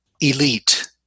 elite